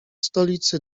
stolicy